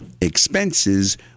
expenses